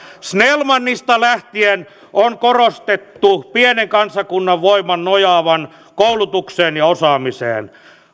snellmanista lähtien on korostettu pienen kansakunnan voiman nojaavan koulutukseen ja osaamiseen